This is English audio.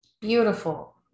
Beautiful